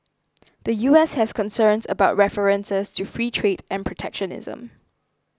the U S has concerns about references to free trade and protectionism